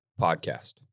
podcast